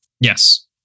Yes